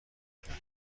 کرد